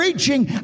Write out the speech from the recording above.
reaching